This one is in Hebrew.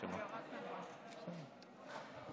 תודה.